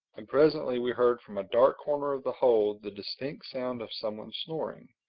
and presently we heard from a dark corner of the hold the distinct sound of someone snoring.